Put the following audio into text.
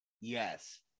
Yes